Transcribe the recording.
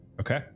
Okay